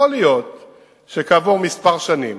יכול להיות שכעבור כמה שנים